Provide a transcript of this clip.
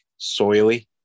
soily